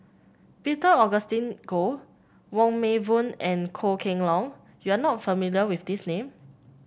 Peter Augustine Goh Wong Meng Voon and Goh Kheng Long you are not familiar with these name